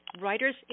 Writer's